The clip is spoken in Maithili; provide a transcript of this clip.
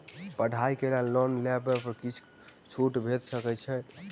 पढ़ाई केँ लेल लोन लेबऽ पर किछ छुट भैट सकैत अछि की?